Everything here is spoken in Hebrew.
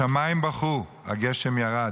השמיים בכו, הגשם ירד,